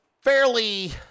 fairly